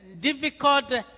difficult